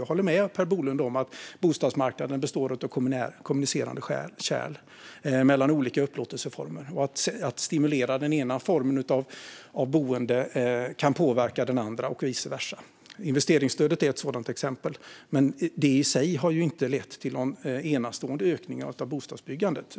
Jag håller med Per Bolund om att bostadsmarknaden består av kommunicerande kärl mellan olika upplåtelseformer och att stimulera den ena formen av boende kan påverka den andra och vice versa. Investeringsstödet är ett sådant exempel. Men det i sig har ju inte lett till någon enastående ökning av bostadsbyggandet.